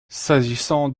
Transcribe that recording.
s’agissant